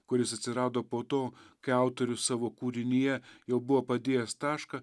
kuris atsirado po to kai autorius savo kūrinyje jau buvo padėjęs tašką